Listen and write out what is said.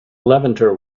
levanter